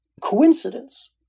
coincidence